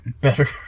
Better